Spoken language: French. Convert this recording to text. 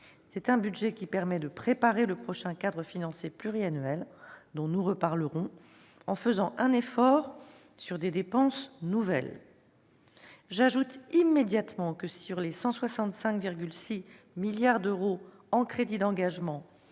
Ce budget permet de préparer le prochain cadre financier pluriannuel, dont nous reparlerons, en faisant un effort sur des dépenses nouvelles. J'ajoute immédiatement que, sur les 165,6 milliards d'euros de crédits d'engagement